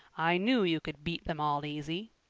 i knew you could beat them all easy.